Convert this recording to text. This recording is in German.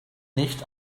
nicht